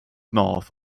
north